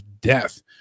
Death